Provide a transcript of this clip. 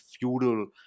feudal